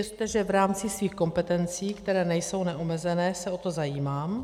Věřte, že v rámci svých kompetencí, které nejsou neomezené, se o to zajímám.